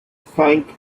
cinq